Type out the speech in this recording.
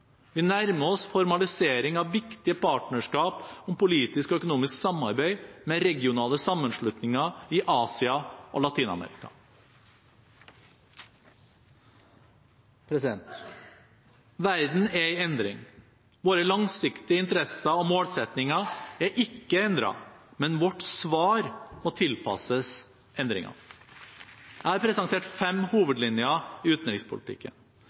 Vi nærmer oss formalisering av viktige partnerskap om politisk og økonomisk samarbeid med regionale sammenslutninger i Asia og Latin-Amerika. Verden er i endring. Våre langsiktige interesser og målsettinger er ikke endret, men vårt svar må tilpasses endringene. Jeg har presentert fem hovedlinjer i utenrikspolitikken.